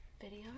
video